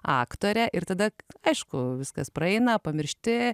aktore ir tada aišku viskas praeina pamiršti